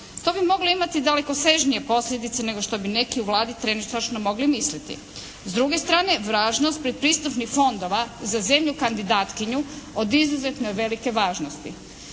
To bi moglo imati dalekosežnije posljedice nego što bi neki u Vladi trenutačno mogli misliti. S druge strane važnost predpristupnih fondova za zemlju kandidatkinju od izuzetno je velike važnosti.